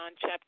John